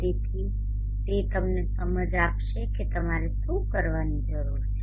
તેથી તે તમનેસમજ આપશે કે તમારે શું કરવાની જરૂર છે